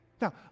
Now